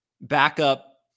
backup